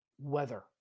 weather